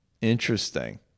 Interesting